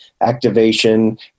activation